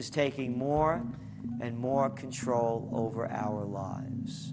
is taking more and more control over our lives